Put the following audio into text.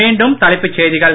மீண்டும் தலைப்புச் செய்திகள்